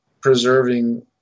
preserving